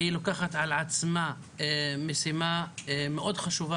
היא לוקחת על עצמה משימה מאוד חשובה